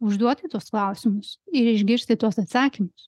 užduoti tuos klausimus ir išgirsti tuos atsakymus